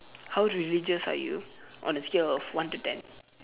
how religious are you on a scale of one to ten